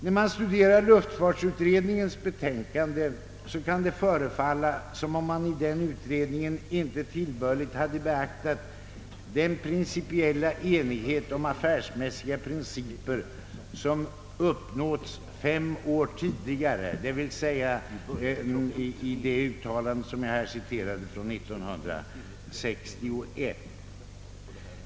När man studerar luftfartsutredningens "betänkande kan det förefalla som om man där inte tillbörligt har beaktat den principiella enighet om affärsmässiga principer som uppnåddes fem år tidigare och som kom till uttryck i det uttalande från 1961 som jag tidigare citerade.